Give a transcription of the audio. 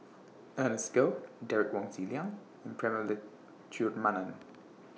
Ernest Goh Derek Wong Zi Liang and Prema Letchumanan